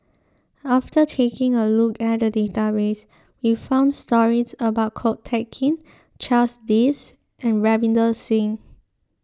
after taking a look at the database we found stories about Ko Teck Kin Charles Dyce and Ravinder Singh